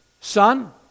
son